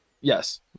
Yes